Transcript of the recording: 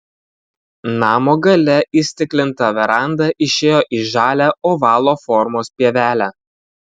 namo gale įstiklinta veranda išėjo į žalią ovalo formos pievelę